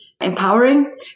empowering